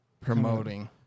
promoting